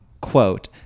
Quote